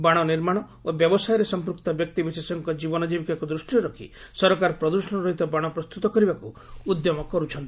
ବାଣ ପ୍ରସ୍ତୁତି ଓ ବ୍ୟବସାୟରେ ସମ୍ପୃକ୍ତ ବ୍ୟକ୍ତି ବିଶେଷଙ୍କ ଜୀବନ ଜୀବିକାକୁ ଦୂଷ୍ଟିରେ ରଖି ସରକାର ପ୍ରଦୃଷଣ ରହିତ ବାଣ ପ୍ରସ୍ତୁତ କରିବାକୁ ଉଦ୍ୟମ କର୍ତ୍ଥନ୍ତି